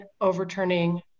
overturning